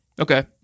Okay